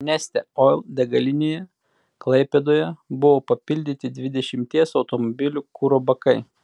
neste oil degalinėje klaipėdoje buvo papildyti dvidešimties automobilių kuro bakai